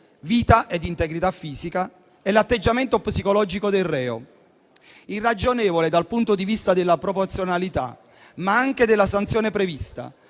vita e integrità fisica, e l'atteggiamento psicologico del reo. È irragionevole dal punto di vista della proporzionalità, ma anche della sanzione prevista,